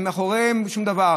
אין מאחוריהן שום דבר.